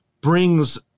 brings